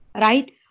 Right